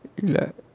இல்ல:illa